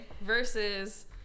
versus